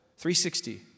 360